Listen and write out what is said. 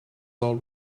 all